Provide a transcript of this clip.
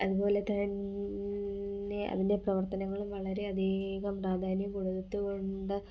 അതുപോലെ തന്നെ അതിൻ്റെ പ്രവർത്തനങ്ങളും വളരെ അധികം പ്രാധാന്യം കൊളുത്തുകൊണ്ട്